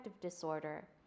disorder